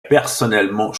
personnellement